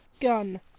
Gun